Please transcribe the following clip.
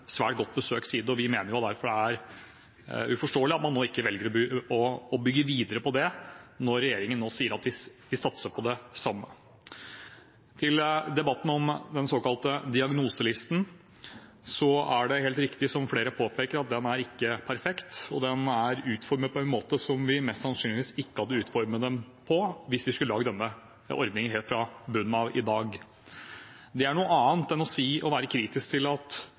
svært godt besøkt side, og vi mener derfor det er uforståelig at man ikke velger å bygge videre på det når regjeringen sier at den satser på det samme. Til debatten om den såkalte diagnoselisten: Det er helt riktig, som flere påpeker, at den er ikke perfekt. Den er utformet på en måte som vi mest sannsynlig ikke hadde utformet den på hvis vi skulle lagd denne ordningen helt fra bunnen av i dag. Det er noe annet enn å være kritisk til de forslagene som regjeringen har fremmet på ganske kort tid, uten at